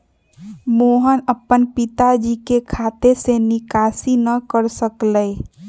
मोहन अपन पिताजी के खाते से निकासी न कर सक लय